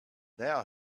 now